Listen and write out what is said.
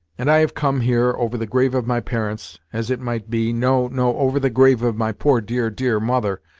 and i have come here, over the grave of my parents, as it might be no no over the grave of my poor, dear, dear, mother,